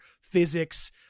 physics